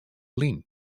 lyn